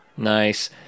Nice